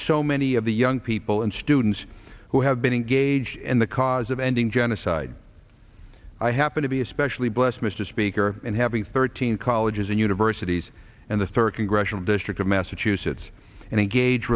so many of the young people and students who have been engaged in the cause of ending genocide i happen to be especially blessed mr speaker and having thirteen colleges and universities and the third congressional district of massachusetts and engage